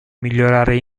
migliorare